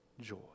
joy